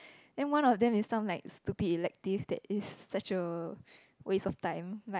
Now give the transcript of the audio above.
then one of them it sound like stupid elective that is such a waste of time like